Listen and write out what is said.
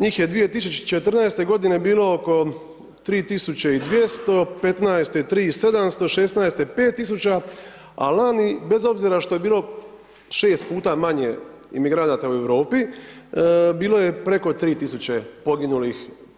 Njih je 2014. godine bilo oko 3200, '15.-te 3700, '16. 5000 a lani bez obzira što je bilo 6X manje imigranata u Europi bilo je preko 3000